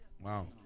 Wow